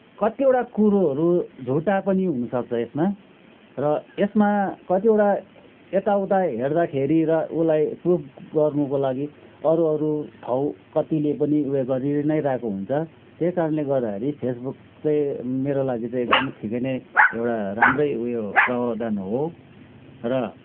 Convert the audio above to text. कतिवटा कुरोहरू झुटा पनि हुनुसक्छ यसमा र यसमा कतिवटा यता उता हेर्दाखेरि र उसलाई प्रुफ गर्नुको लागि अरूहरू ठाउँ कतिले पनि उयो गरि नै रहेको हुन्छ त्यही कारणले गर्दाखेरि फेसबुक चाहिँ मेरो लागि चाहिँ एकदमै ठिकै नै एउटा राम्रै उयो प्रावधान हो र